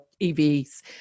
evs